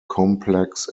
complex